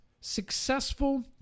successful